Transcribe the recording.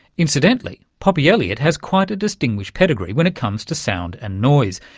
incidentally, poppy elliott has quite a distinguished pedigree when it comes to sound and noise,